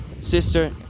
Sister